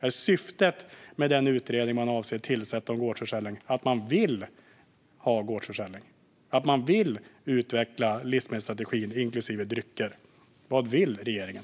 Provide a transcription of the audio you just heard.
Är syftet med den utredning om gårdsförsäljning som regeringen avser att tillsätta att man vill ha gårdsförsäljning och utveckla livsmedelsstrategin, inklusive drycker? Vad vill regeringen?